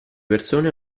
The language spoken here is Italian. persone